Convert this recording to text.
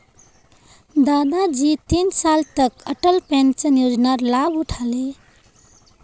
दादाजी तीन साल तक अटल पेंशन योजनार लाभ उठा ले